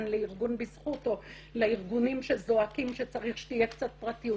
לארגון בזכות או לארגונים שזועקים שצריך שתהיה קצת פרטיות.